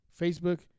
Facebook